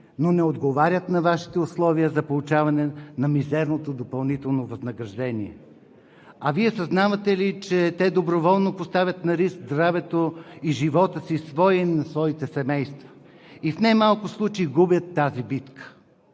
но не отговарят на Вашите условия за получаване на мизерното допълнително възнаграждение. Вие съзнавате ли, че те доброволно поставят на риск здравето и живота си – своя и на своите семейства, и в не малко случаи губят тази битка?